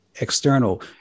external